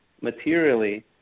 materially